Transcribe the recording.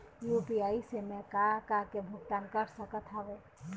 UPI से मैं का का के भुगतान कर सकत हावे?